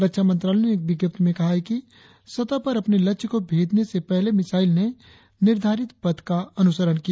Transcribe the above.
रक्षा मंत्रालय ने एक विज्ञप्ति में कहा है कि सतह पर अपने लक्ष्य को भेदने से पहले मिसाइल ने निर्धारित पथ का अनुसरण किया